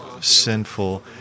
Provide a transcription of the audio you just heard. sinful